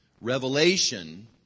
revelation